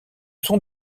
sont